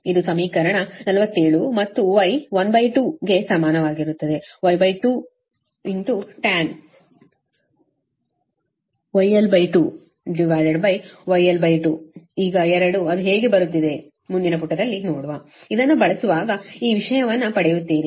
ಇದು ಸಮೀಕರಣ 47 ಮತ್ತು Y12 ಗೆ ಸಮನಾಗಿರುತ್ತದೆ Y2 tanh γl2 γl2 ಈ 2 ಅದು ಹೇಗೆ ಬರುತ್ತಿದೆ ಮುಂದಿನ ಪುಟದಲ್ಲಿ ನೋಡುವ ಇದನ್ನು ಬಳಸುವಾಗ ಈ ವಿಷಯವನ್ನು ಪಡೆಯುತ್ತೀರಿ